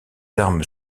armes